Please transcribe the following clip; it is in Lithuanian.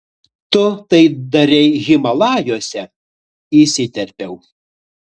tu tai darei himalajuose įsiterpiau